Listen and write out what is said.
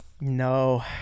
No